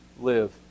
live